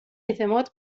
اعتماد